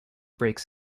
brakes